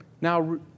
Now